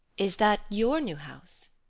is that your new house?